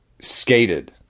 skated